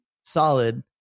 solid